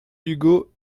ugo